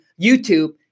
YouTube